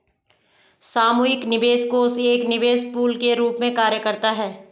सामूहिक निवेश कोष एक निवेश पूल के रूप में कार्य करता है